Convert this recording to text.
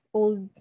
old